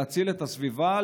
להציל את הסביבה,